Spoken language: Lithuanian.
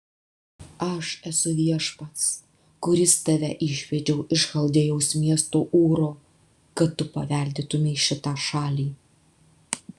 aš esu viešpats kuris tave išvedžiau iš chaldėjos miesto ūro kad tu paveldėtumei šitą šalį